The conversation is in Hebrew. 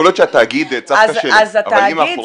יכול להיות שהתאגיד -- אז התאגיד